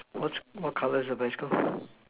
what what colour is your bicycle